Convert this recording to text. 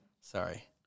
Sorry